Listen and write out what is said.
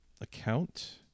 account